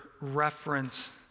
reference